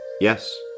Yes